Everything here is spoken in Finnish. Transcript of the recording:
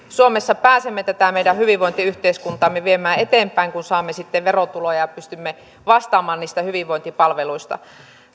suomessa pääsemme tätä meidän hyvinvointiyhteiskuntaamme viemään eteenpäin kun saamme sitten verotuloja ja pystymme vastaamaan niistä hyvinvointipalveluista